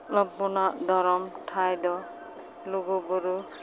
ᱦᱚᱯᱚᱱᱟᱜ ᱫᱷᱚᱨᱚᱢ ᱴᱷᱟᱸᱭ ᱫᱚ ᱞᱩᱜᱩ ᱵᱩᱨᱩ